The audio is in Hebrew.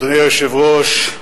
אדוני היושב-ראש,